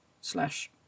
slash